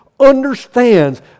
understands